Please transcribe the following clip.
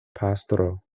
pastro